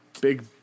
big